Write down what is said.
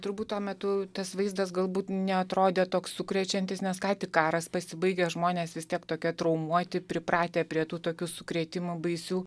turbūt tuo metu tas vaizdas galbūt neatrodė toks sukrečiantis nes ką tik karas pasibaigęs žmonės vis tiek tokie traumuoti pripratę prie tų tokių sukrėtimų baisių